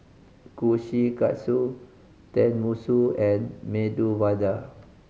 Kushikatsu Tenmusu and Medu Vada